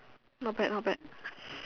not bad not bad